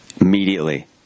Immediately